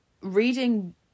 reading